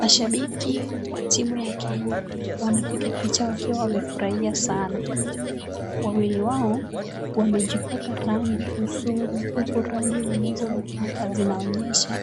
Mashabiki wa timu ya Kenya wanapiga picha wakiwa wamefurahia sana. Wawili wao wamejipaka rangi usoni. Huku rangi wanazojipaka zinaonyesha